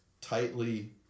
tightly